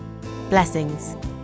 Blessings